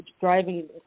driving